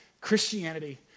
Christianity